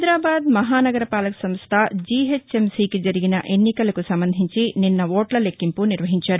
హైదరాబాద్ మహానగర పాలక సంస్థ జిహెచ్ఎంసి కి జరిగిన ఎన్నికలకు సంబంధించి నిన్న ఓట్ల లెక్కింపు నిర్వహించారు